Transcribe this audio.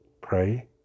Pray